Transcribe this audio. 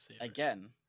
Again